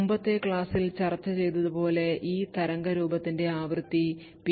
മുമ്പത്തെ ക്ലാസ്സിൽ ചർച്ച ചെയ്തതുപോലെ ഈ തരംഗരൂപത്തിന്റെ ആവൃത്തി പി